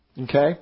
Okay